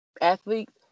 athletes